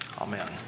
Amen